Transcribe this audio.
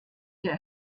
der